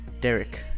Derek